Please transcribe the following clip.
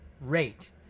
rate